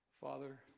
Father